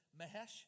Mahesh